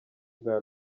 bwa